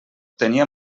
tenia